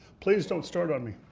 please don't start on me.